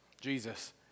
Jesus